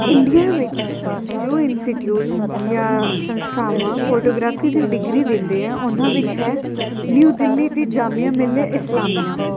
India ਵਿੱਚ ਜੋ institute ਜਾਂ ਸੰਸਥਾਵਾਂ ਫੋਟੋਗ੍ਰਾਫੀ ਦੀ ਡਿਗਰੀ ਦਿੰਦੇ ਆ ਉਹਨਾਂ ਵਿੱਚ ਹੈ ਨਿਊ ਦਿੱਲੀ ਦੀ ਜਾਮੀਆ ਮਿਲੀਆ ਇਸਲਾਮੀਆ